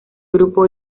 grupo